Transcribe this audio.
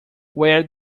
where